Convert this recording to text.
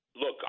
Look